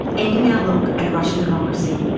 ending our look at russian democracy.